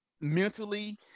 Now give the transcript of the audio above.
mentally